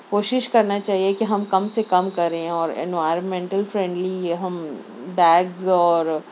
کوشش کرنا چاہیے کہ ہم کم سےکم کریں اور انوائرمنٹل فرینڈلی یہ ہم بیگز اور